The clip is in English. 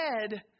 head